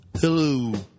hello